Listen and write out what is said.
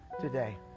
today